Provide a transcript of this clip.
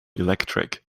electric